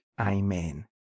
Amen